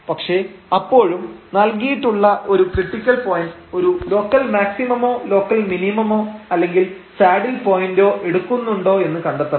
പക്ഷേ അപ്പോഴും നൽകിയിട്ടുള്ള ഒരു ക്രിട്ടിക്കൽ പോയന്റ് ഒരു ലോക്കൽ മാക്സിമമോ ലോക്കൽ മിനിമമോ അല്ലെങ്കിൽ സാഡിൽ പോയന്റോ എടുക്കുന്നുണ്ടോ എന്ന് കണ്ടെത്തണം